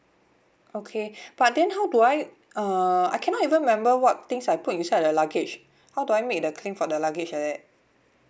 okay but then how do I uh I cannot even remember what things I put inside the luggage how do I make the claim for the luggage like that